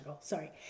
sorry